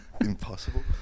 impossible